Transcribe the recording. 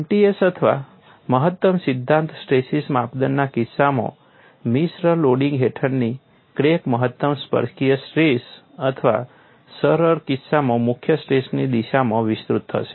MTS અથવા મહત્તમ સિદ્ધાંત સ્ટ્રેસીસ માપદંડના કિસ્સામાં મિશ્ર લોડિંગ હેઠળની ક્રેક મહત્તમ સ્પર્શકીય સ્ટ્રેસ અથવા સરળ કિસ્સામાં મુખ્ય સ્ટ્રેસની દિશામાં વિસ્તૃત થશે